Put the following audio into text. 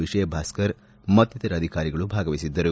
ವಿಜಯಭಾಸ್ಕರ್ ಮತ್ತಿತರ ಅಧಿಕಾರಿಗಳು ಭಾಗವಹಿಸಿದ್ದರು